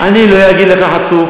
אני אומר "בשונה ממך"